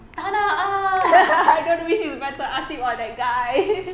I don't know which is better ateeb or that guy